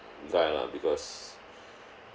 guy lah because